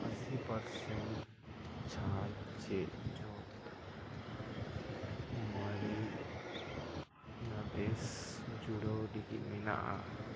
ᱟᱥᱤ ᱯᱟᱨᱥᱮᱱ ᱪᱷᱟᱲ ᱪᱮᱫ ᱡᱚᱛ ᱢᱟᱨᱤᱱᱟᱫᱮᱥ ᱡᱩᱲᱟᱹᱣ ᱨᱮᱜᱤ ᱢᱮᱱᱟᱜᱼᱟ